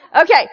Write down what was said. Okay